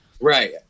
Right